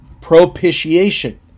propitiation